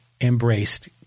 embraced